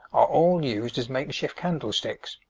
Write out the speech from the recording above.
are all used as makeshift candlesticks.